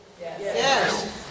Yes